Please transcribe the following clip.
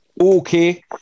okay